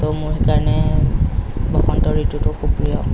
তৌ মোৰ সেইকাৰণে বসন্ত ঋতুটো খুব প্ৰিয়